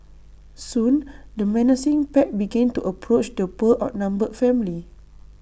soon the menacing pack began to approach the poor outnumbered family